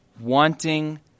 Wanting